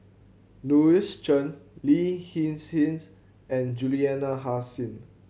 Louis Chen Lin Hin Hsin's and Juliana Hasin